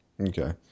Okay